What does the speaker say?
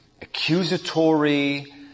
accusatory